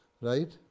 Right